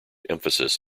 emphasis